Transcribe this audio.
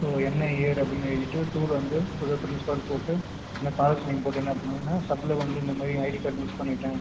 so என்ன year அப்படின்னு எழுதிவிட்டு டூவில வந்து டூ த ப்ரின்ஸ்பல் போட்டு இந்த காலேஜ் நேம் போட்டு என்ன பண்ணுங்கன்னா சப்பில வந்து இந்த மாதிரி ஏன் ஐடி கார்ட் மிஸ் பண்ணிவிட்டேன்